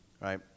right